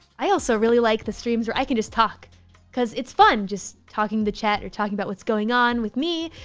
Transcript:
i also really like the streams where i can just talk cause it's fun just talking to chat. you're talking about what's going on with me,